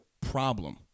problem